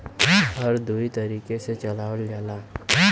हर दुई तरीके से चलावल जाला